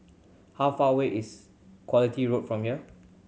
how far away is Quality Road from here